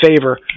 favor